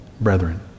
brethren